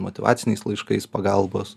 motyvaciniais laiškais pagalbos